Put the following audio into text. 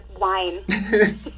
wine